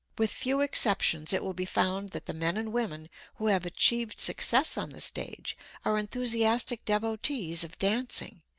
with few exceptions it will be found that the men and women who have achieved success on the stage are enthusiastic devotees of dancing,